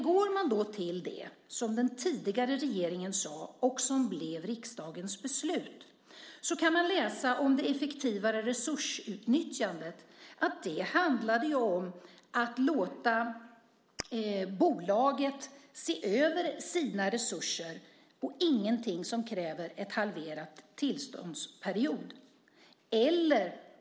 Om man går till det som den tidigare regeringen sade och som blev riksdagens beslut kan man läsa om det effektivare resursutnyttjandet att det handlade om att låta bolaget se över sina resurser och ingenting som kräver en halverad tillståndsperiod.